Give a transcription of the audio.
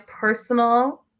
personal